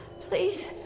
Please